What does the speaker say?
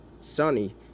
sunny